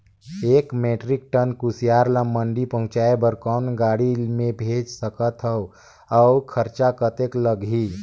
एक metric ton कुसियार ल मंडी पहुंचाय बर कौन गाड़ी मे भेज सकत हव अउ खरचा कतेक लगही?